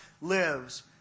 lives